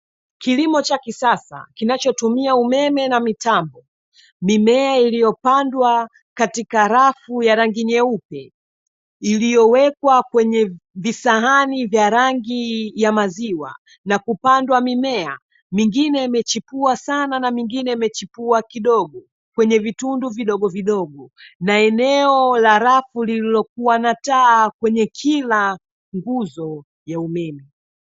Kilimo cha kisasa kinachotumia umeme na mitambo, mimea iliyopandwa katika rafu ya rangi nyeupe iliyowekwa kwenye visahani vya rangi ya maziwa, na kupandwa mimea mingine imechipua sana na mingine imechipua kidogo kwenye vitundu vidogovidogo, na eneo la rafu lililokuwa na taa kwenye kila nguzo ya umeme.